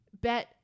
bet